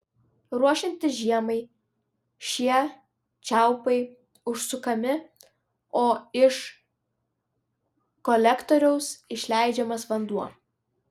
ruošiantis žiemai šie čiaupai užsukami o iš kolektoriaus išleidžiamas vanduo